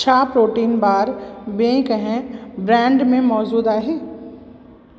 छा protein bar ॿिए कंहिं ब्रैंड में मौजूद आहे